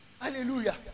Hallelujah